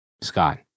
Scott